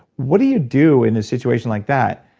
what do you do in a situation like that,